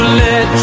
let